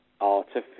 artificial